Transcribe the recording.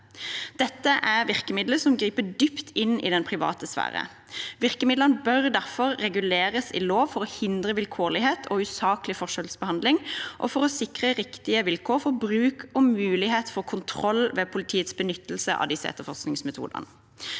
Dette er virkemidler som griper dypt inn i den private sfære. Virkemidlene bør derfor reguleres i lov for å hindre vilkårlighet og usaklig forskjellsbehandling og for å sikre riktige vilkår for bruk og mulighet for kontroll ved politiets benyttelse av disse etterforskningsmetodene.